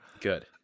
Good